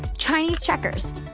chinese checkers.